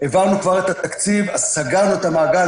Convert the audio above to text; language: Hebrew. העברנו כבר את התקציב, סגרנו את המעגל.